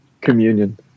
Communion